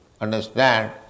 understand